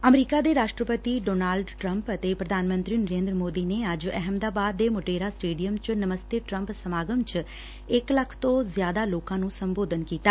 ਅਮਰੀਕੀ ਰਾਸ਼ਟਰਪਤੀ Donald Trump ਅਤੇ ਪ੍ਰਧਾਨ ਮੰਤਰੀ ਨਰੇਂਦਰ ਮੋਦੀ ਨੇ ਅੱਜ ਅਹਿਮਦਾਬਾਦ ਦੇ ਮੁਟੇਰਾ ਸਟੇਡੀਅਮ ਚ ਨਮਸਤੇ ਟਰੰਪ ਸਮਾਗਮ ਚ ਇਕ ਲੱਖ ਤੋ ਜ਼ਿਆਦਾ ਲੋਕਾਂ ਨੂੰ ਸੰਬੋਧਨ ਕੀਤਾ